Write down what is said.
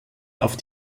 auf